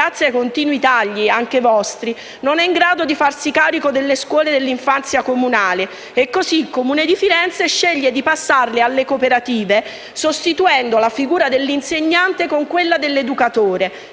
Grazie ai continui tagli, anche vostri, lo Stato non è in grado di farsi carico delle scuole dell'infanzia comunali e così il Comune di Firenze sceglie di passare la loro gestione alle cooperative, sostituendo la figura dell'insegnante con quella dell'educatore.